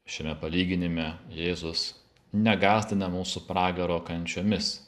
šiame palyginime jėzus negąsdina mūsų pragaro kančiomis